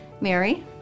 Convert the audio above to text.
Mary